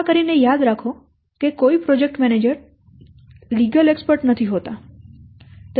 કૃપા કરીને યાદ રાખો કે કોઈ પ્રોજેક્ટ મેનેજર લીગલ એક્સપર્ટ નથી હોતા